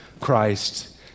Christ